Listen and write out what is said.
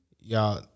Y'all